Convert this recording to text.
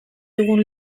dugun